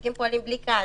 המשחקים מתקיימים בלי קהל.